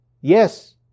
Yes